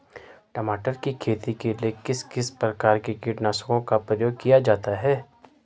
टमाटर की खेती के लिए किस किस प्रकार के कीटनाशकों का प्रयोग किया जाता है?